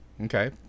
Okay